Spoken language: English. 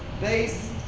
base